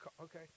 Okay